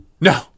No